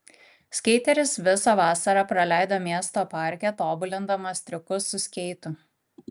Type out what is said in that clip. skeiteris visą vasarą praleido miesto parke tobulindamas triukus su skeitu